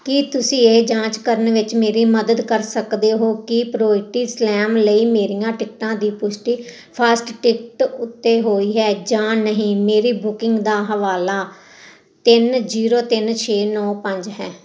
ਕੀ ਤੁਸੀਂ ਇਹ ਜਾਂਚ ਕਰਨ ਵਿੱਚ ਮੇਰੀ ਮਦਦ ਕਰ ਸਕਦੇ ਹੋ ਕਿ ਪ੍ਰੋਈਟੀ ਸਲੈਮ ਲਈ ਮੇਰੀਆਂ ਟਿਕਟਾਂ ਦੀ ਪੁਸ਼ਟੀ ਫਾਸਟ ਟਿਕਟ ਉੱਤੇ ਹੋਈ ਹੈ ਜਾਂ ਨਹੀਂ ਮੇਰੀ ਬੁਕਿੰਗ ਦਾ ਹਵਾਲਾ ਤਿੰਨ ਜੀਰੋ ਤਿੰਨ ਛੇ ਨੌਂ ਪੰਜ ਹੈ